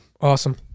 Awesome